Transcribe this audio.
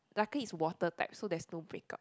lucky it's water type so there's no breakout